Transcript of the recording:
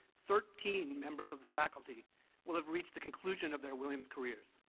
thirteen members of the faculty will have reached the conclusion of their williams careers.